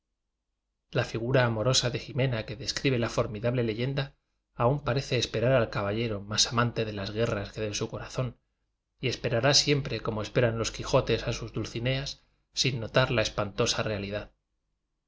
la figura amorosa de jimena que descri be la formidable leyenda aun parece espe rar al caballero más amante de las guerras que de su corazón y esperará siempre como esperan los quijotes a sus dulcineas sin notar la espantosa realidad